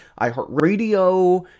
iHeartRadio